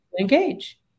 engage